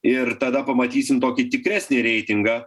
ir tada pamatysim tokį tikresnį reitingą